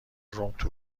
توپ